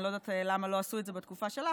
אני לא יודעת למה לא עשו את זה בתקופה שלך,